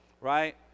Right